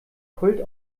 pult